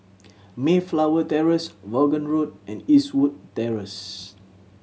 Mayflower Terrace Vaughan Road and Eastwood Terrace